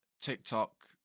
TikTok